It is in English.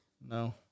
No